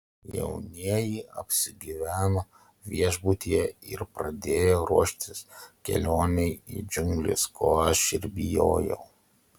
jaunieji apsigyveno viešbutyje ir pradėjo ruoštis kelionei į džiungles ko aš ir bijojau